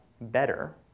better